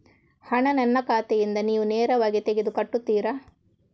ಹಣ ನನ್ನ ಖಾತೆಯಿಂದ ನೀವು ನೇರವಾಗಿ ತೆಗೆದು ಕಟ್ಟುತ್ತೀರ?